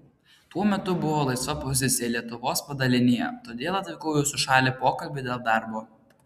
tuo metu buvo laisva pozicija lietuvos padalinyje todėl atvykau į jūsų šalį pokalbiui dėl darbo